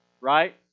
right